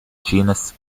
genus